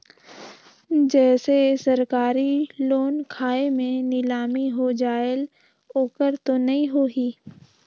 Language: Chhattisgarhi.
जैसे सरकारी लोन खाय मे नीलामी हो जायेल ओकर तो नइ होही?